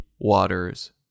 waters